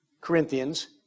Corinthians